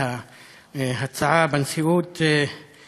אחרי ששלחתי לכל חברי הכנסת,